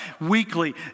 weekly